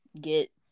get